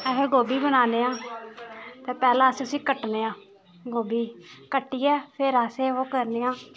अस गोभी बनान्ने आं ते पैह्ले अस उस्सी कट्टने आं गोभी गी कट्टियै फिर अस ओह् करने आं